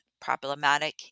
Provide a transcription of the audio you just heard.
Problematic